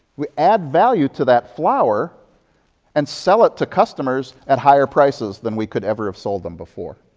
we add value to that flower and sell it to customers at higher prices than we could ever have sold them before.